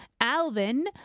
Alvin